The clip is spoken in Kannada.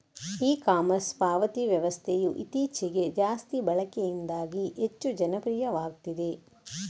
ಇ ಕಾಮರ್ಸ್ ಪಾವತಿ ವ್ಯವಸ್ಥೆಯು ಇತ್ತೀಚೆಗೆ ಜಾಸ್ತಿ ಬಳಕೆಯಿಂದಾಗಿ ಹೆಚ್ಚು ಜನಪ್ರಿಯವಾಗ್ತಿದೆ